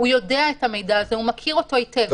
הוא יודע את המידע הזה, הוא מכיר אותו היטב.